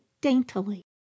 daintily